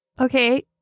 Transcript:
Okay